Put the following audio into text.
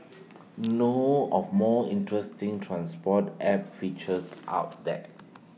know of more interesting transport app features out there